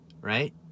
right